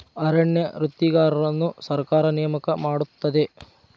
ಅರಣ್ಯ ವೃತ್ತಿಗಾರರನ್ನು ಸರ್ಕಾರ ನೇಮಕ ಮಾಡುತ್ತದೆ